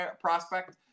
prospect